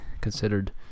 considered